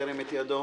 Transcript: ירים את ידו.